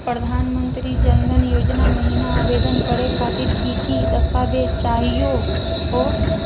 प्रधानमंत्री जन धन योजना महिना आवेदन करे खातीर कि कि दस्तावेज चाहीयो हो?